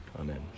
Amen